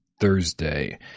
Thursday